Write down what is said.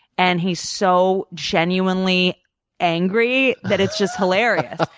and he's so genuinely angry that it's just hilarious.